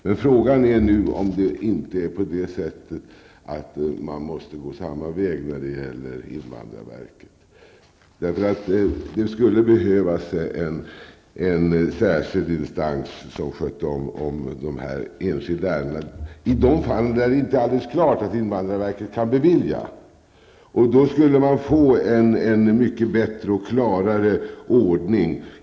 Men frågan är nu om man inte måste gå samma väg när det gäller invandrarverket. Det skulle behövas en särskild instans som tog hand om dessa enskilda ärenden i de fall där det inte är alldeles klart att invandrarverket kan bevilja asyl. Man skulle då få en mycket bättre och klarare ordning.